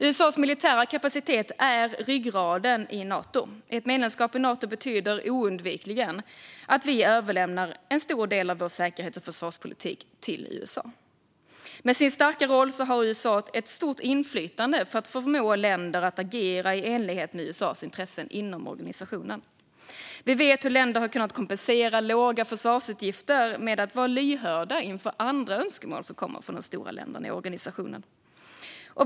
USA:s militära kapacitet är Natos ryggrad. Ett medlemskap i Nato betyder oundvikligen att Sverige överlämnar en stor del av vår säkerhets och försvarspolitik till USA. Med sin starka roll har USA ett stort inflytande att förmå andra länder att agera i enlighet med USA:s intressen inom organisationen. Vi vet att länder har kunnat kompensera låga försvarsutgifter med att vara lyhörda inför önskemål från de stora länderna i organisationen.